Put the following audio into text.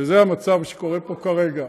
וזה המצב שקורה פה כרגע.